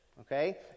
Okay